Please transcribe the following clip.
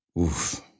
Oof